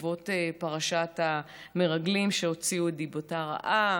בעקבות פרשת המרגלים שהוציאו את דיבתה רעה,